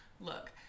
look